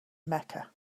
mecca